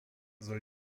soll